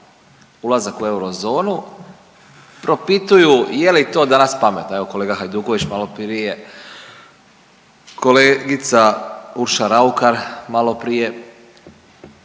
ulazak u eurozonu propituju je li to danas pametno. Evo kolega Hajduković malo prije, kolegica Urša Raukar malo prije,